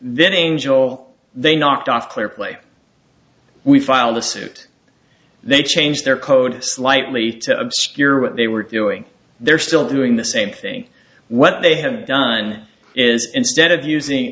then angel they knocked off clear play we filed the suit they changed their code slightly to obscure what they were doing they're still doing the same thing what they have done is instead of using